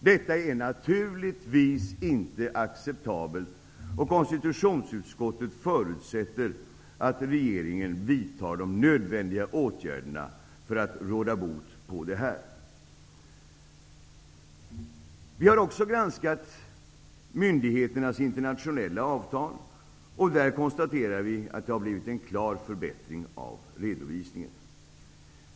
Detta är naturligtvis inte acceptabelt, och konstitutionsutskottet förutsätter att regeringen vidtar de nödvändiga åtgärderna för att råda bot på detta. Vi har också granskat myndigheternas internationella avtal. Där konstaterar vi att det har blivit en klar förbättring av redovisningen.